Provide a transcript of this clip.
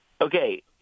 okay